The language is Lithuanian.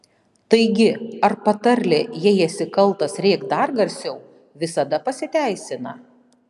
taigi ar patarlė jei esi kaltas rėk dar garsiau visada pasiteisina